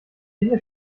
viele